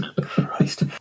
Christ